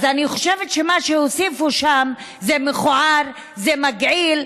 אז אני חושבת שמה שהוסיפו שם זה מכוער, זה מגעיל.